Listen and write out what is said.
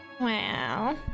Wow